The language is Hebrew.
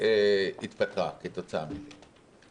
שהמנהלת התפטרה כתוצאה מזה.